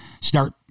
start